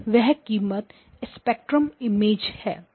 वह कीमत spectral image है